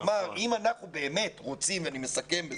כלומר, אם אנחנו באמת רוצים ואני מסכם,